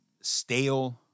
stale